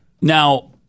Now